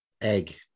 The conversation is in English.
egg